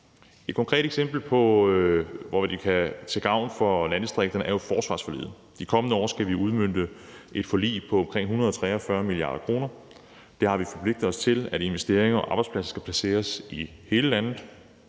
Et konkret eksempel på, hvor det kan være til gavn for landdistrikterne, er jo forsvarsforliget. De kommende år skal vi udmønte et forlig på omkring 143 mia. kr. Der har vi forpligtet os til, at investeringer og arbejdspladser skal placeres i hele landet.